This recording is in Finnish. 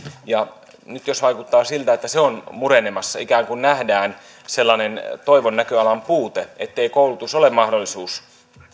ja nyt jos vaikuttaa siltä että se on murenemassa ikään kuin nähdään sellainen toivon näköalan puute ettei koulutus ole mahdollisuus